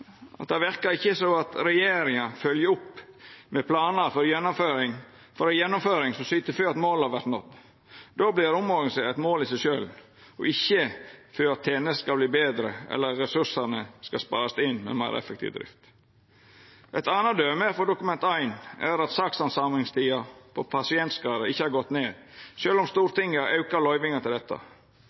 at det ikkje verkar som regjeringa følgjer opp med planar for gjennomføring som syter for at måla vert nådde. Då vert omorganisering eit mål i seg sjølv, ikkje at tenestene skal verta betre eller ressursane skal sparast inn med meir effektiv drift. Eit anna døme frå Dokument 1 er at sakshandsamingstida for pasientskade ikkje har gått ned sjølv om Stortinget har auka løyvinga til dette.